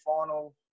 final